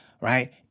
right